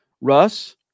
Russ